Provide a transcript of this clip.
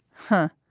huh?